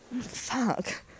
Fuck